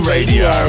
Radio